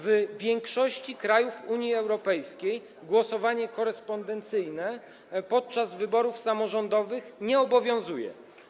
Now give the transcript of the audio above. W większości krajów Unii Europejskiej głosowanie korespondencyjne podczas wyborów samorządowych nie obowiązuje.